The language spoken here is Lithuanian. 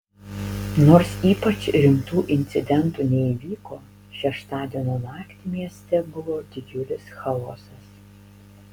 nors ypač rimtų incidentų neįvyko šeštadienio naktį mieste buvo didžiulis chaosas